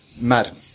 Madam